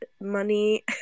money